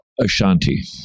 Ashanti